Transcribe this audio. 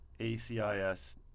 ACIS